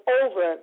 over